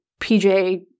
PJ